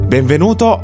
Benvenuto